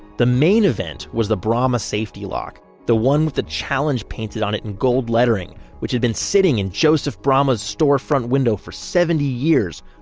the main event was the bramah safety lock, the one with the challenge painted on it in gold lettering, which had been sitting in joseph bramah's storefront window for seventy years,